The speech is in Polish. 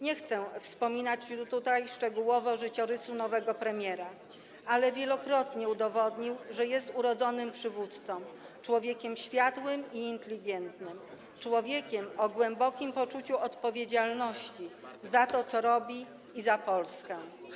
Nie chcę wspominać już tutaj szczegółowo życiorysu nowego premiera, ale wielokrotnie udowodnił on, że jest urodzonym przywódcą, człowiekiem światłym i inteligentnym, człowiekiem o głębokim poczuciu odpowiedzialności za to, co robi, i za Polskę.